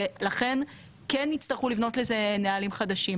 ולכן כן יצטרכו לבנות לזה נהלים חדשים,